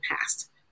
past